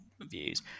views